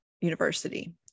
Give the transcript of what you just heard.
university